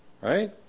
Right